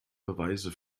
beweise